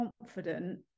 confident